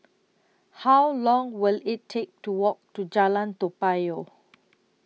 How Long Will IT Take to Walk to Jalan Toa Payoh